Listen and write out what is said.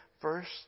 first